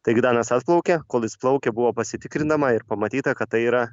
taigi danas atplaukė kol jis plaukė buvo pasitikrinama ir pamatyta kad tai yra